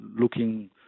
looking